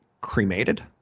cremated